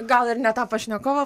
gal ir ne tą pašnekovą